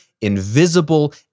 invisible